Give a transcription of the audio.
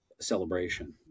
celebration